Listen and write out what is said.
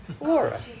Laura